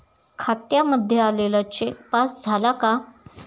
खात्यामध्ये आलेला cheque pass झाला का?